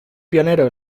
pionero